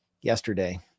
yesterday